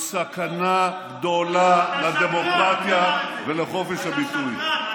הוא סכנה גדולה לדמוקרטיה, אתה שקרן.